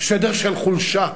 שדר של חולשה,